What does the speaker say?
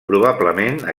probablement